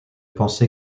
pensé